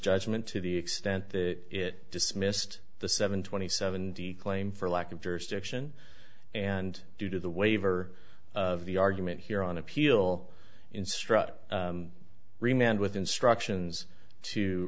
judgment to the extent that it dismissed the seven twenty seven claim for lack of jurisdiction and due to the waiver of the argument here on appeal instruct remained with instructions to